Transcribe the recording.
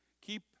keep